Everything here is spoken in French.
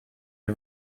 les